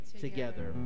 together